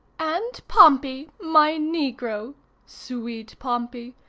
and pompey, my negro sweet pompey!